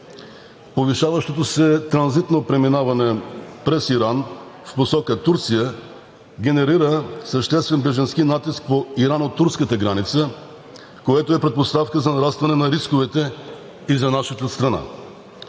Повишаващото се транзитно преминаване през Иран в посока Турция генерира съществен бежански натиск по ирано-турската граница, което е предпоставка за нарастване на рисковете и за нашата страна.